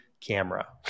camera